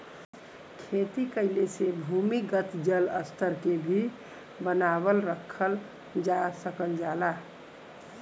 खेती कइले से भूमिगत जल स्तर के भी बनावल रखल जा सकल जाला